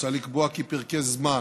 מוצע לקבוע כי פרקי זמן